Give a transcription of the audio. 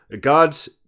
God's